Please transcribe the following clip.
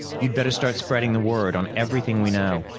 you'd better start spreading the word on everything we know.